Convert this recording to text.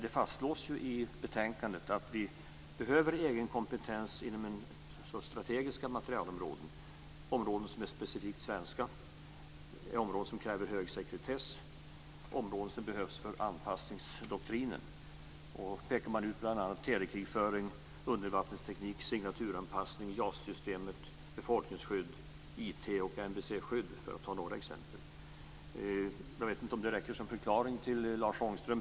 Det fastslås i betänkandet att vi behöver egen kompetens inom strategiska materielområden. Det gäller områden som är specifikt svenska, kräver hög sekretess och områden som behövs för anpassningsdoktrinen. Man pekar bl.a. ut telekrigföring, undervattensteknik, signaturanpassning, JAS-system, befolkningsskydd, IT och NBC-skydd, för att ta några exempel. Jag vet inte om det räcker som förklaring till Lars Ångström.